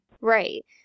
Right